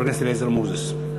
חבר הכנסת אליעזר מוזס.